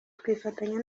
twifatanya